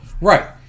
Right